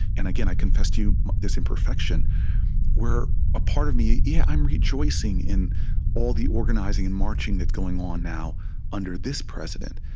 and again, i confess to you this imperfection where a part of me, yeah, i'm rejoicing in all the organizing and marching that's going on now under this president.